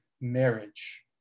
marriage